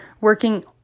working